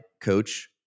coach